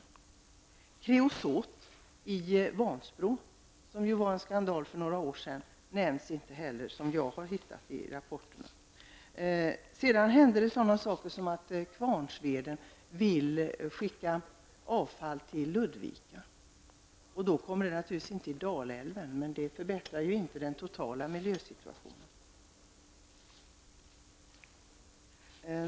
Skandalen med kreosot i Vansbro som inträffade för några år sedan nämns inte heller. Jag har i alla fall inte hittat det i rapporterna. Kvarnsveden vill skicka avfall till Ludvika. Då kommer det naturligtvis inte ut i Dalälven, men det förbättrar inte den totala miljösituationen.